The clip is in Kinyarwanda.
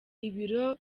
ibiro